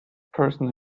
person